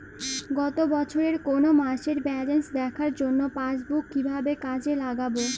গত বছরের কোনো মাসের ব্যালেন্স দেখার জন্য পাসবুক কীভাবে কাজে লাগাব?